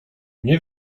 nie